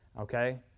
Okay